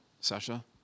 Sasha